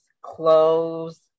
Clothes